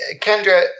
Kendra